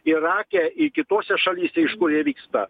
irake ir kitose šalyse iš kur jie vyksta